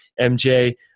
MJ